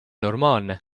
normaalne